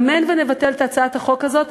אמן שנבטל את הצעת החוק הזאת,